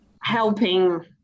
helping